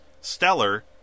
stellar